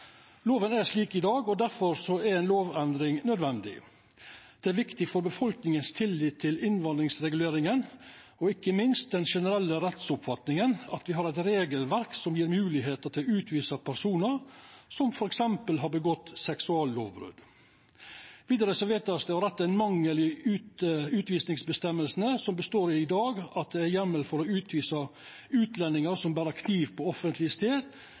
er slik i dag, og difor er ei lovendring nødvendig. Det er viktig for befolkningas tillit til innvandringsreguleringa og ikkje minst for den generelle rettsoppfatninga at me har eit regelverk som gjev moglegheit til å utvisa personar som f.eks. har utført seksuallovbrot. Vidare vert det føreslått å retta ein mangel i utvisingsavgjerdene som består i at det i dag er heimel for å utvisa utlendingar som ber kniv på offentleg stad,